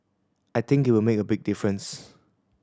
I think it will make a big difference